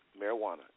marijuana